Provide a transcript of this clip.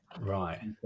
Right